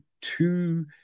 two